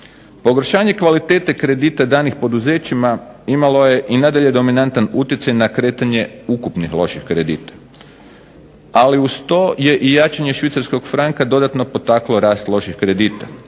Pogoršanje kvalitete kredita danih poduzećima imalo je i nadalje dominantan utjecaj na kretanje ukupnih loših kredita, ali uz to je i jačanje švicarskog franka dodatno potaklo rast loših kredita.